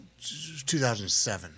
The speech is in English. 2007